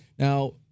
Now